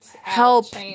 help